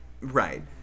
right